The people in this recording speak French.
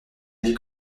vie